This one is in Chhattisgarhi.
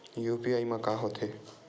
यू.पी.आई मा का होथे?